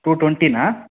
two ట్వెంటీనా